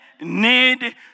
need